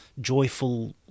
joyful